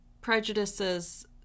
prejudices